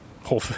whole